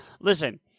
Listen